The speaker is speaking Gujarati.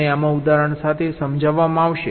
મને આમાં ઉદાહરણ સાથે સમજાવવામાં આવશે